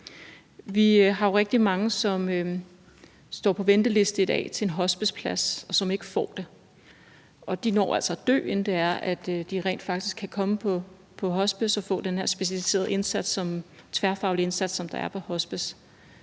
Vi har jo rigtig mange, som står på venteliste i dag til en hospiceplads, og som ikke får det. De når altså at dø, inden de rent faktisk kan komme på hospice og få den her specialiserede, tværfaglige indsats, som der er på et hospice.